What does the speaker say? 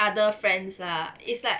other friends lah it's like